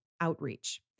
outreach